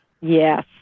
Yes